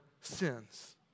sins